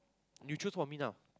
you choose for me now